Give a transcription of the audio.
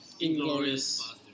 Inglorious